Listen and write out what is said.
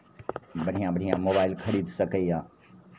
बढ़िआँ बढ़िआँ मोबाइल खरीद सकैए